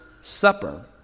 Supper